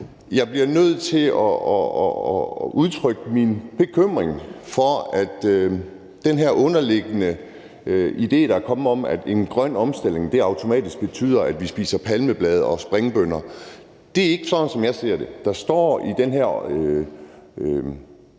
Jeg bliver nødt til at udtrykke min bekymring for den her underliggende idé, der er kommet, om, at en grøn omstilling automatisk betyder, at vi spiser palmeblade og springbønner. Det er ikke sådan, jeg ser det. Der står faktisk